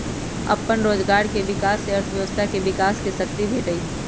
अप्पन रोजगार के विकास से अर्थव्यवस्था के विकास के शक्ती भेटहइ